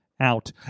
out